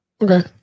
Okay